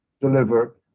deliver